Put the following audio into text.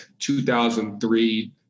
2003